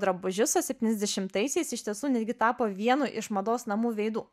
drabužius o septyniasdešimtaisiais iš tiesų netgi tapo vienu iš mados namų veidų